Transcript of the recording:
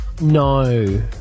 No